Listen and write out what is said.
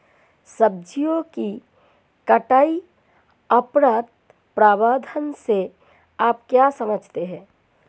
सब्जियों की कटाई उपरांत प्रबंधन से आप क्या समझते हैं?